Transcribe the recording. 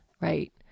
right